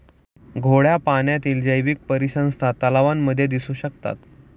गोड्या पाण्यातील जैवीक परिसंस्था तलावांमध्ये दिसू शकतात